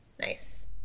Nice